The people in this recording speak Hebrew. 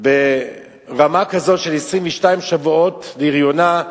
לרמה כזאת של 22 שבועות להריונה,